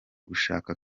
gushaka